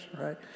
right